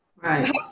Right